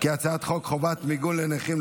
חוק חובת מיגון לנכים,